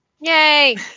Yay